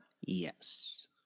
Yes